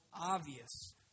obvious